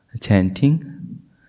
chanting